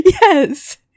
Yes